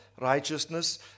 righteousness